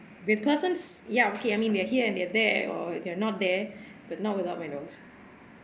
with persons ya okay I mean they're here and they're there or they're not there but not without my dogs